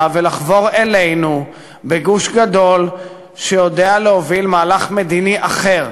ולחבור אלינו בגוש גדול שיודע להוביל מהלך מדיני אחר.